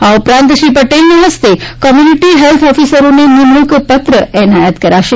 આ ઉપરાંત શ્રી પટેલના હસ્તે કોમ્યુનિટી હેલ્થ ઓફિસરોને નિમણૂક પત્ર એનાયત કરાશે